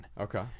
Okay